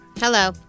Hello